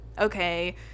okay